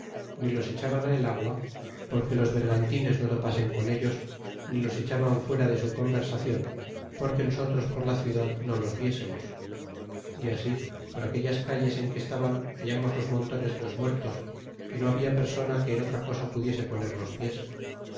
ni los echaban á el agua porque los bergantines no topasen con ellos ni los echaban fuera de su conver sacion porque nosotros por la ciudad no los viésemos y así a por aquellas calles en que estaban hallabamos los montones de los a muertos que no labia persona que en otra cosa pudiese po ner los pies